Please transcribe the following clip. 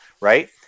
right